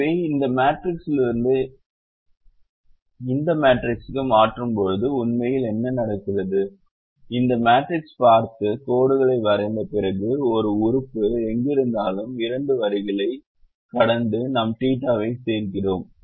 எனவே இந்த மேட்ரிக்ஸிலிருந்து இந்த மேட்ரிக்ஸிற்கு மாற்றும்போது உண்மையில் என்ன நடக்கிறது இந்த மேட்ரிக்ஸைப் பார்த்து கோடுகளை வரைந்த பிறகு ஒரு உறுப்பு எங்கிருந்தாலும் இரண்டு வரிகளைக் கடந்து நாம் தீட்டாவைச் சேர்க்கிறோம்